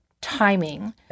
timing